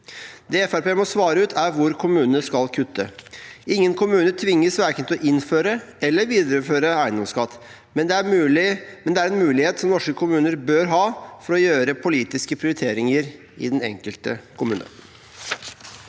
må svare ut, er hvor kommunene skal kutte. Ingen kommuner tvinges verken til å innføre eller videreføre eiendomsskatt, men det er en mulighet som norske kommuner bør ha for å gjøre politiske prioriteringer i den enkelte kommune.